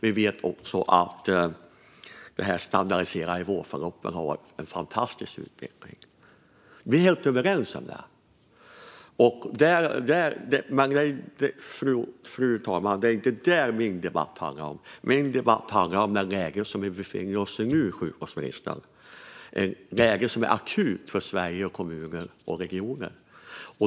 Vi vet också att de standardiserade vårdförloppen har varit en fantastisk utveckling. Det är vi helt överens om. Men, fru talman, det är inte detta som min interpellation handlar om. Min interpellation handlar om det läge som vi befinner oss i nu, ett läge som är akut för Sveriges kommuner och regioner.